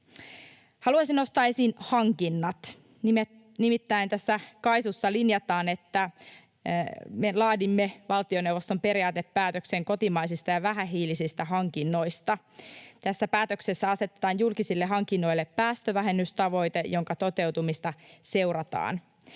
Haluaisin nostaa esiin hankinnat. Nimittäin tässä KAISUssa linjataan, että me laadimme valtioneuvoston periaatepäätöksen kotimaisista ja vähähiilisistä hankinnoista. Tässä päätöksessä asetetaan julkisille hankinnoille päästövähennystavoite, jonka toteutumista seurataan.